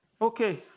Okay